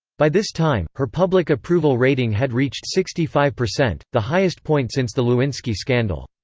by this time, her public approval rating had reached sixty five percent, the highest point since the lewinsky scandal.